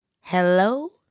Hello